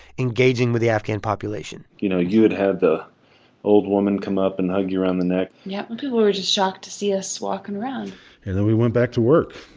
engaging with the afghan population you know, you had had the old woman come up and hug you around the neck yeah. and people were just shocked to see us walking around and then we went back to work.